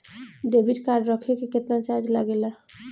Debit card रखे के केतना चार्ज लगेला?